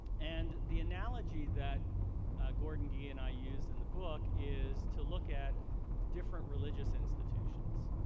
and the analogy that gordon gee and i use in the book is to look at different religious institutions,